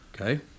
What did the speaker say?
Okay